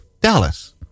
Dallas